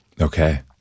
Okay